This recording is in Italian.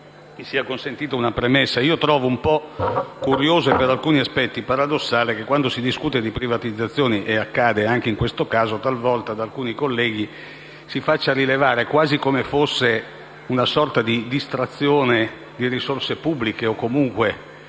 Mi sia consentita una premessa: trovo un po' curioso e, per alcuni aspetti, paradossale che, quando si discute di privatizzazioni (è accaduto anche in questo caso), talvolta alcuni colleghi rilevino, quasi come se si trattasse di una sorta di distrazione di risorse pubbliche o di una